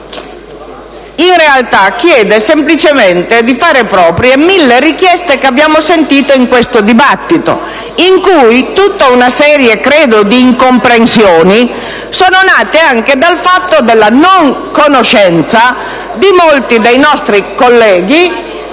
in realtà, chiede semplicemente di fare proprie mille richieste che abbiamo sentito in questo dibattito, in cui tutta una serie di incomprensioni sono nate anche dalla mancanza di conoscenza di molti nostri colleghi,